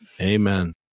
Amen